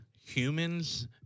humans